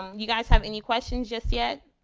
you guys have any questions just yet?